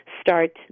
start